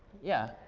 yeah?